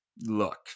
look